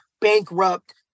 bankrupt